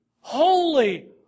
Holy